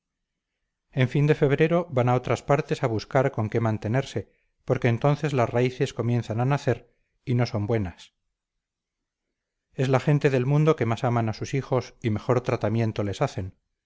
en fin de febrero van a otras partes a buscar con qué mantenerse porque entonces las raíces comienzan a nacer y no son buenas es la gente del mundo que más aman a sus hijos y mejor tratamiento les hacen